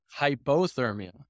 hypothermia